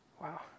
Wow